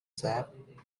sap